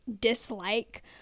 dislike